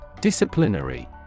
disciplinary